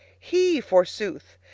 he forsooth!